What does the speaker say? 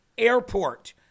airport